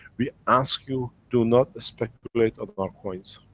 we ask you, do not speculate on our coins.